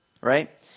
right